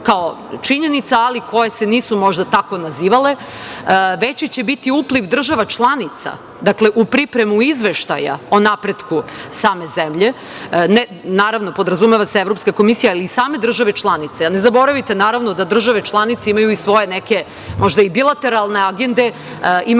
kao činjenica ali koje se nisu tako nazivale. Veći će biti upliv država članica, dakle, u pripremu izveštaja o napretku same zemlje. Naravno, podrazumeva se Evropska komisija jer i same države članice, ne zaboravite naravno, da države članice imaju i svoje neke možda i bilateralne agende, imaju